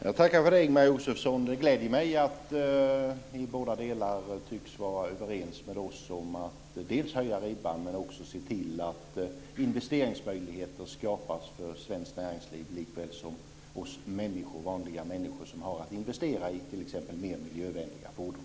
Herr talman! Jag tackar Ingemar Josefsson för svaret. Det gläder mig att vi tycks vara överens om att dels höja ribban, dels se till att investeringsmöjligheter ska skapas för svenskt näringsliv, liksom för oss vanliga människor som har att investera i t.ex. mer miljövänliga fordon.